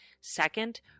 Second